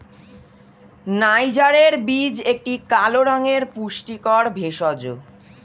নাইজারের বীজ একটি কালো রঙের পুষ্টিকর ভেষজ